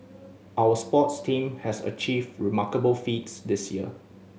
our sports team has achieved remarkable feats this year